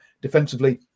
defensively